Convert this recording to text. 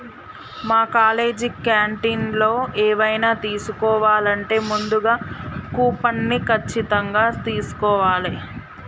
మా కాలేజీ క్యాంటీన్లో ఎవైనా తీసుకోవాలంటే ముందుగా కూపన్ని ఖచ్చితంగా తీస్కోవాలే